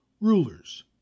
rulers